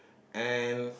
and